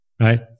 right